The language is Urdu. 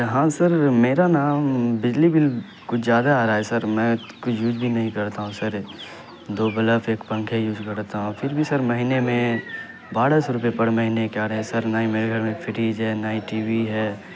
ہاں سر میرا نا بجلی کچھ زیادہ آ رہا ہے سر میں تو کچھ یوج بھی نہیں کرتا ہوں سر دو بلف ایک پنکھے یوز کرتا ہوں پھر بھی سر مہینے میں بارہ سو روپے پڑ مہینے کے آ رہے ہیں سر نہ ہی میرے گھر میں فریج ہے نہ ہی ٹی وی ہے